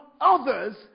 others